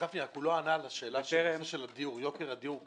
אבל, גפני, הוא לא ענה על השאלה של יוקר הדיור,